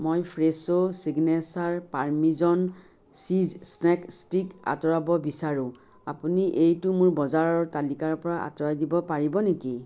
মই Fresho signature parmesan cheese snack stick আঁতৰাব বিচাৰোঁ আপুনি এইটো মোৰ বজাৰৰ তালিকাৰপৰা আঁতৰাই দিব পাৰিব নেকি